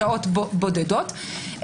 בשעות בודדות,